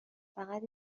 فقط